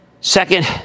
Second